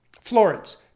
Florence